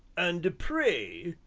and pray,